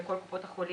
בכל קופות החולים.